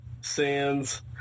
sands